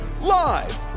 live